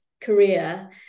career